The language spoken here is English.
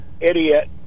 idiot